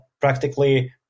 practically